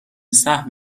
سهم